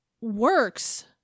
works